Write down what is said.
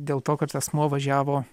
dėl to kad asmuo važiavo